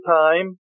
time